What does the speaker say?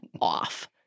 off